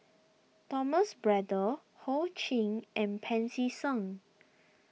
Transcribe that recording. Thomas Braddell Ho Ching and Pancy Seng